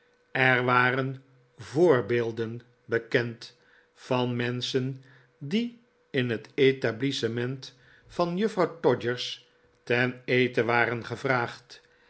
er waren voorbeelden bekend van menschen die in het etablissement van juffrouw todgers ten eten waren gevraagd